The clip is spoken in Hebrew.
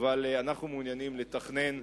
אבל אנחנו מעוניינים לתכנן,